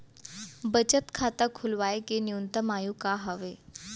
बचत खाता खोलवाय के न्यूनतम आयु का हवे?